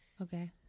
Okay